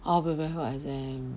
orh preparing for exam